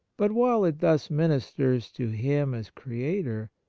but, while it thus ministers to him as creator,